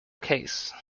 case